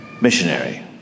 missionary